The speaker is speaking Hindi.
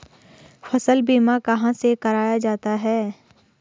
फसल बीमा कहाँ से कराया जाता है?